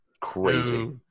crazy